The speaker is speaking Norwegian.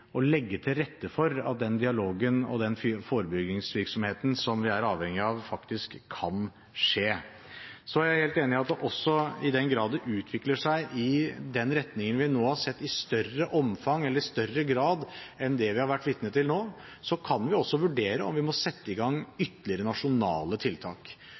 legge til rette for at den dialogen og den forebyggingsvirksomheten som vi er avhengig av, faktisk kan skje. Så er jeg helt enig i at vi også, i den grad det utvikler seg i den retningen vi nå har sett – i større grad enn det vi har vært vitne til nå – kan vurdere om vi må sette i gang ytterligere nasjonale tiltak,